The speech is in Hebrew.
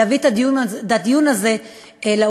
להביא את הדיון הזה לאו"ם.